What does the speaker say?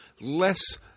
less